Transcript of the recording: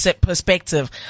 Perspective